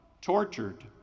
tortured